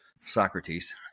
Socrates